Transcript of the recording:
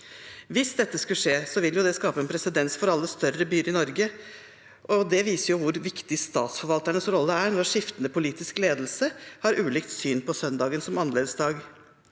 Hvis dette skulle skje, vil det skape en presedens for alle større byer i Norge. Det viser hvor viktig statsforvalternes rolle er, når skiftende politisk ledelse har ulikt syn på søndagen som annerledesdag.